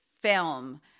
film